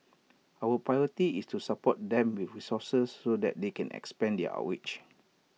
our priority is to support them with resources so that they can expand their outreach